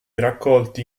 raccolti